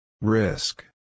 Risk